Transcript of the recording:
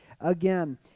again